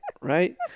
right